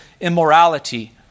immorality